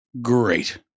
Great